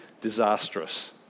disastrous